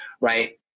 right